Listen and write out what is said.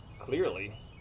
clearly